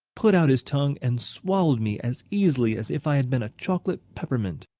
put out his tongue, and swallowed me as easily as if i had been a chocolate peppermint.